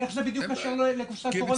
איך זה לא קשור לקופסת קורנה?